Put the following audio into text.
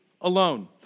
alone